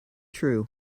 true